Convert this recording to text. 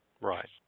Right